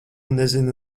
nezina